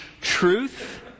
truth